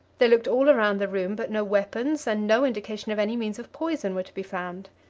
they looked all around the room, but no weapons, and no indication of any means of poison, were to be found.